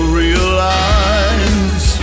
realize